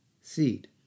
seed